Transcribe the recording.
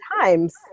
times